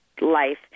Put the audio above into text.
life